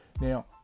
Now